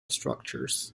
structures